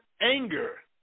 anger